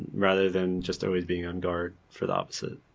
rather than just always being on guard for the opposite